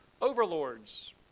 overlords